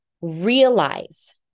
realize